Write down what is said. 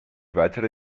weitere